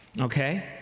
okay